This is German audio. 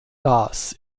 das